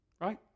right